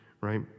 right